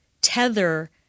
tether